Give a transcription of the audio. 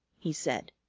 he said.